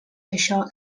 això